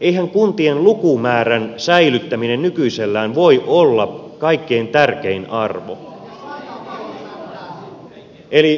eihän kuntien lukumäärän säilyttäminen nykyisellään voi olla kaikkein tärkein arvo